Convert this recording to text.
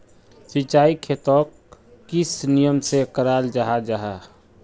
सिंचाई खेतोक किस नियम से कराल जाहा जाहा?